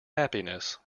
happiness